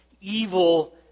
evil